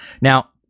now